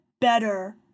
better